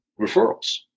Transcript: referrals